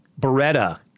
Beretta